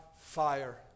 fire